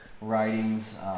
writings